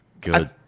good